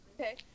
Okay